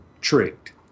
tricked